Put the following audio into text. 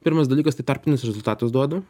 pirmas dalykas tai tarpinius rezultatus duodu